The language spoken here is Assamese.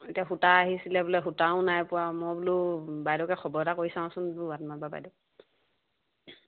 এতিয়া সূতা আহিছিলে বোলে সূতাও নাই পোৱা মই বোলো বাইদেউকে খবৰ এটা কৰি চাওঁচোন বোলো ৱাৰ্ড মেম্বাৰ বাইদেউক